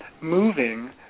moving